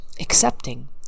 accepting